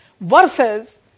versus